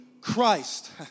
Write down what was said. Christ